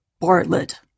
Bartlett